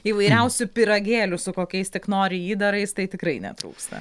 įvairiausių pyragėlių su kokiais tik nori įdarais tai tikrai netrūksta